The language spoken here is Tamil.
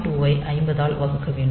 2 ஐ 50 ஆல் வகுக்க வேண்டும்